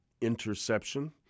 Interception